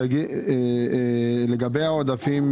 לגבי העודפים.